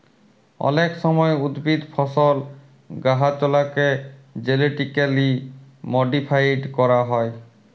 অলেক সময় উদ্ভিদ, ফসল, গাহাচলাকে জেলেটিক্যালি মডিফাইড ক্যরা হয়